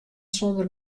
sûnder